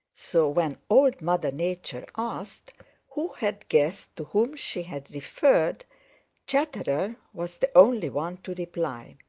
so when old mother nature asked who had guessed to whom she had referred chatterer was the only one to reply.